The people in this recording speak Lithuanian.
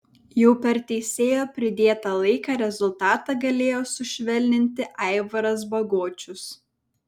jau per teisėjo pridėtą laiką rezultatą galėjo sušvelninti aivaras bagočius